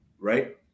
right